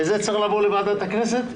וזה צריך לעבור לוועדת הכנסת?